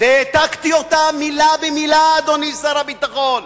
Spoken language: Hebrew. והעתקתי אותה מלה במלה, אדוני שר הביטחון.